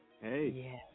Hey